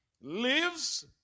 lives